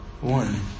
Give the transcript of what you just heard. One